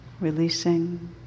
releasing